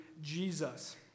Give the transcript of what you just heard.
Jesus